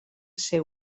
ser